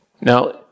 Now